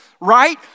Right